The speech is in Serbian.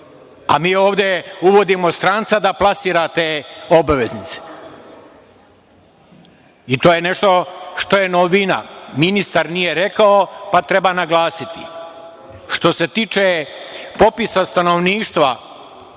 a mi ovde uvodimo stranca da plasira te obveznice. To je nešto što je novina. Ministar nije rekao pa treba naglasiti. Što se tiče popisa stanovništva,